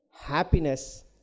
happiness